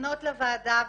לפנות לוועדה.